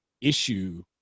issue